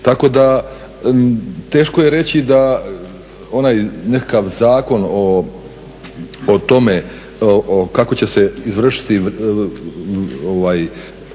tako da teško je reći da onaj nekakav zakon o tome kako će izvršiti procjena